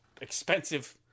expensive